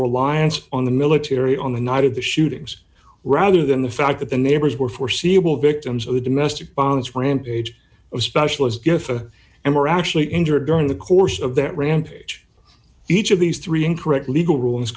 reliance on the military on the night of the shootings rather than the fact that the neighbors were foreseeable victims of domestic violence rampage of specialist gift a and were actually injured during the course of their rampage each of these three incorrect legal rulings